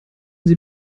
sie